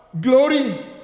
glory